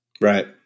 Right